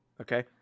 okay